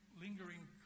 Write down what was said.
lingering